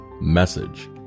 message